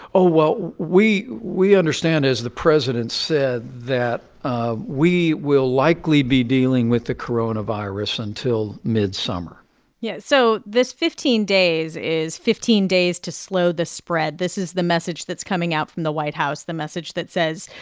oh. well, we we understand, as the president said, that ah we will likely be dealing with the coronavirus until midsummer yeah. so this fifteen days is fifteen days to slow the spread. this is the message that's coming out from the white house the message that says,